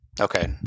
Okay